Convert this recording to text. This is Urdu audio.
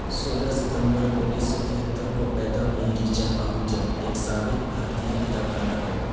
سولہ ستمبر انیس سو تہتر کو پیدا ہوئیں ریچا آہوجا ایک سابق بھارتی اداکارہ ہیں